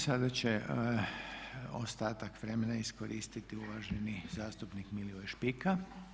Sada će ostatak vremena iskoristiti uvaženi zastupnik Milivoj Špika.